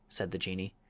said the jinnee,